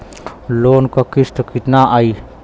Loan क किस्त कितना आई?